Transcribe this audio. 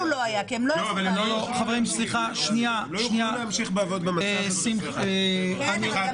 ------ הם השתמשו במאגר הקודם, אז מה